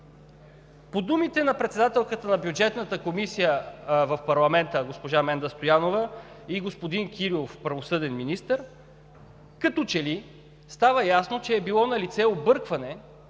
По думите на председателката на Бюджетната комисия в парламента – госпожа Менда Стоянова, и господин Кирилов – правосъден министър, като че ли става ясно, че е било налице объркване